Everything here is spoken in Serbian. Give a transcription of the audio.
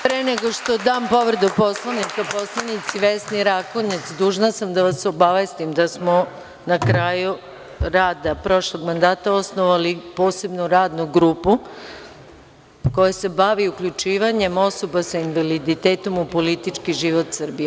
Pre nego što dam povredu Poslovnika poslanici Vesni Rakonjic, dužna sam da vas obavestim da smo na kraju rada prošlog mandata osnovali posebnu radnu grupu koja se bavi uključivanjem osoba sa invaliditetom u politički život Srbije.